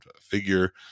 figure